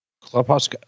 Clubhouse